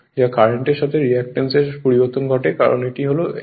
যা কারেন্টের সাথে রিয়্যাক্ট্যান্স এর পরিবর্তন ঘটে কারণ এটি হল f